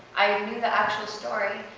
i knew the actual story.